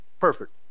perfect